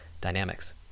dynamics